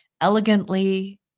elegantly